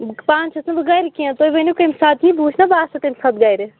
پانہٕ چھَس نہٕ بہٕ گَرِ کیٚنٛہہ تُہۍ ؤنِو کَمہِ ساتہٕ یِیہِ بہٕ وُچھٕ نا بہٕ آسہٕ ہا تَمہِ ساتہٕ گَرِ